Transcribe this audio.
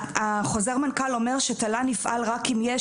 חוזר מנכ"ל אומר שתל"ן יפעל רק אם יש